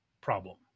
problem